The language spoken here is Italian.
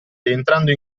entrando